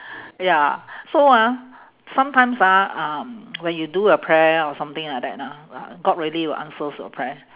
ya so ah sometimes ah um when you do a prayer or something like that ah ah god really will answers your prayer